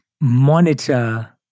monitor